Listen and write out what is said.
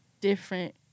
different